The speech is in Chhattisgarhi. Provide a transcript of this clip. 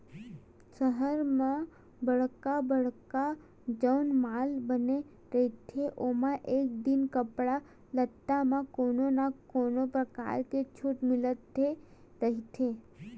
सहर म बड़का बड़का जउन माल बने रहिथे ओमा आए दिन कपड़ा लत्ता म कोनो न कोनो परकार के छूट मिलते रहिथे